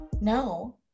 No